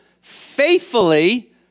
faithfully